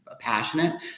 Passionate